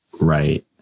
Right